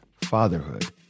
fatherhood